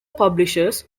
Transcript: publishers